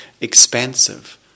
expansive